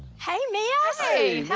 hey, miss! how